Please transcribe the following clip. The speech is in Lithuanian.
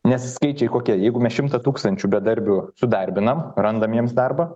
nes skaičiai kokie jeigu mes šimtą tūkstančių bedarbių sudarbinam randam jiems darbą